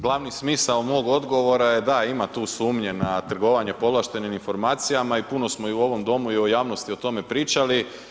Glavni smisao mog odgovora je, da ima tu sumnje na trgovanje povlaštenim informacijama i puno smo i u ovom domu i u javnosti o tome pričali.